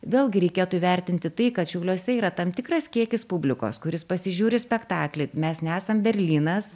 vėlgi reikėtų įvertinti tai kad šiauliuose yra tam tikras kiekis publikos kuris pasižiūri spektaklį mes nesam berlynas